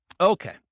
Okay